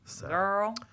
Girl